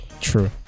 true